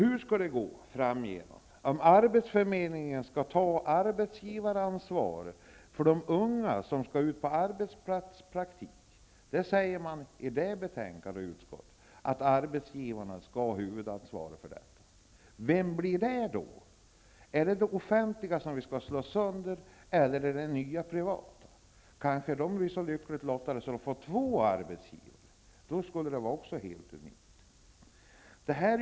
Hur skall det gå i framtiden om arbetsförmedlingen skall ta arbetsgivaransvar för de unga som skall ut på arbetsplatspraktik? Man påstår i det utskottsbetänkande som behandlar den typen av frågor att arbetsgivarna skall ha huvudansvaret. Vem blir då arbetsgivare? Blir det den offentliga sektorn, som vi skall slå sönder, eller blir det den nya privata sektorn? Kanhända blir någon så lyckligt lottad att han får två arbetsgivare. Det förhållandet skulle också vara helt unikt.